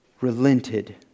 relented